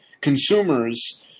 consumers